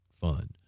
fun